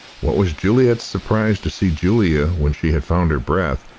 what was juliet's surprise to see julia, when she had found her breath,